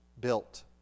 built